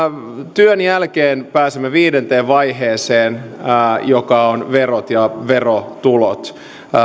työn jälkeen pääsemme viidenteen vaiheeseen joka on verot ja verotulot